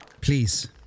Please